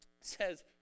says